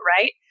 Right